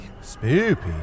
Spooky